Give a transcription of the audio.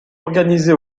organisé